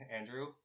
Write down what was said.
Andrew